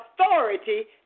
authority